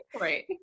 right